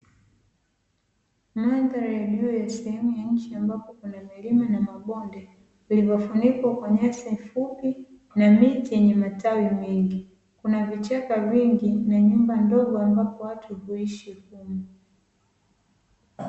Mandhari ya juu ya sehemu ya nchi, ambapo kuna milima na mabonde vilivyofunikwa kwa nyasi fupi na miti yenye matawi mengi. Kuna vichaka vingi na nyumba ndogo, ambapo watu huishi humo.